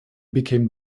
became